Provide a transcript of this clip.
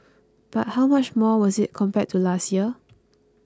but how much more was it compared to last year